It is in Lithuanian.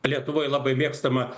lietuvoj labai mėgstama